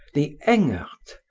the engerth,